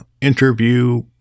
interview